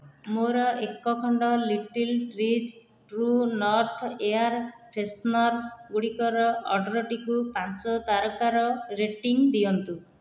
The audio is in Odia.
ମୋର ଏକ ଖଣ୍ଡ Little Trees True North air freshener ଗୁଡ଼ିକର ଅର୍ଡ଼ର୍ଟିକୁ ପାଞ୍ଚ ତାରକାର ରେଟିଂ ଦିଅନ୍ତୁ